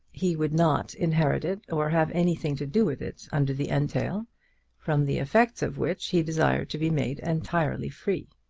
he would not inherit it, or have anything to do with it under the entail from the effects of which he desired to be made entirely free.